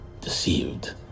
deceived